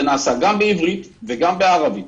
זה נעשה גם בעברית וגם בערבית